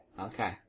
Okay